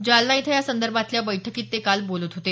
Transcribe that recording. जालना इथं यासंदर्भातल्या बैठकीत ते काल बोलत होते